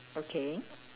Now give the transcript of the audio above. okay